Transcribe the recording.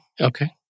okay